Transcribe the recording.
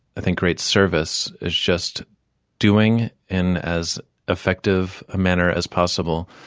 i think great service is just doing in as effective a manner as possible,